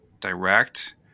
direct